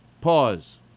pause